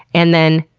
and then,